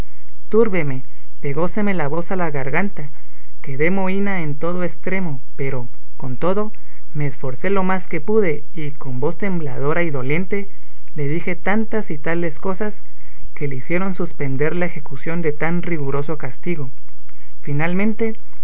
la cabeza turbéme pegóseme la voz a la garganta quedé mohína en todo estremo pero con todo me esforcé lo más que pude y con voz tembladora y doliente le dije tantas y tales cosas que le hicieron suspender la ejecución de tan riguroso castigo finalmente